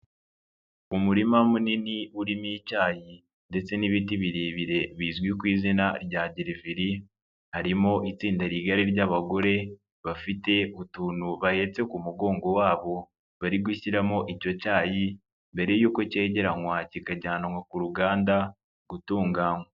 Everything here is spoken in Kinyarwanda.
Umurima munini urimo icyayi ndetse n'ibiti birebire bizwi ku izina rya greveriya, harimo itsinda rigari ry'abagore bafite utuntu bahetse ku mugongo wabo bari gushyiramo icyo cyayi, mbere yuko cyegeranywa kikajyanwa ku ruganda gutunganywa.